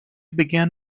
began